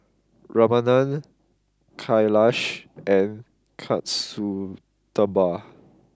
Ramanand Kailash and Kasturba